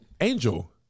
Angel